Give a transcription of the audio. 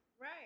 Right